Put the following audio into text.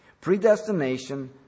Predestination